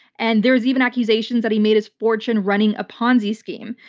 and there's even accusations that he made his fortune running a ponzi scheme.